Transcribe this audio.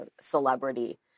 celebrity